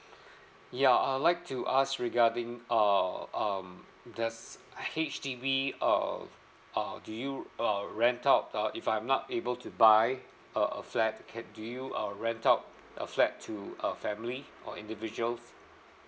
ya I'd like to ask regarding uh um does H_D_B uh uh do you uh rent out uh if I'm not able to buy a a flat can do you uh rent out a flat to a family or individuals